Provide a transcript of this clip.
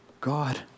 God